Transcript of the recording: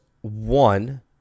One